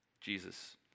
Jesus